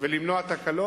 ומניעת תקלות.